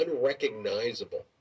unrecognizable